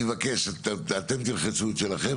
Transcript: אתם תלחצו את שלכם,